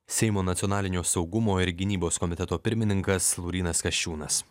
seimo nacionalinio saugumo ir gynybos komiteto pirmininkas laurynas kasčiūnas